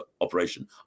operation